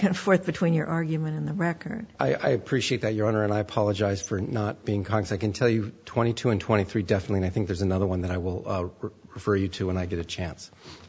and forth between your argument and the record i appreciate that your honor and i apologize for not being con's i can tell you twenty two and twenty three definitely i think there's another one that i will refer you to when i get a chance